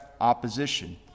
opposition